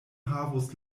havos